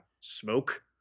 smoke